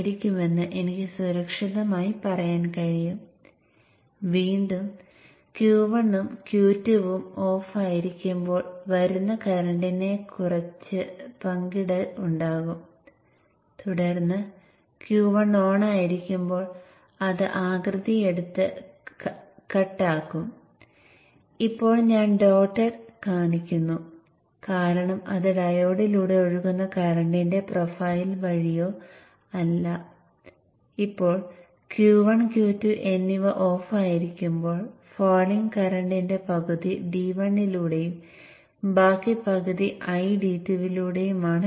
അതിനാൽ അതേ പവർ റേറ്റിംഗിനും അതേ Vin നും ഒരേ പവർ ഔട്ട്പുട്ട് ലഭിക്കുന്നതിന് സ്വിച്ചുകളിലൂടെ ഒഴുകുന്ന കറന്റിന്റെ ഇരട്ടി നിങ്ങൾ കാണും കാരണം Vin ഇവിടെ പകുതിയായി